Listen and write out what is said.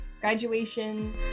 graduation